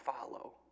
follow